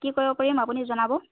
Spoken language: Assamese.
কি কৰিব পাৰিম আপুনি জনাব